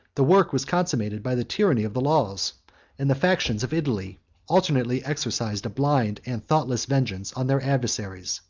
the work was consummated by the tyranny of the laws and the factions of italy alternately exercised a blind and thoughtless vengeance on their adversaries,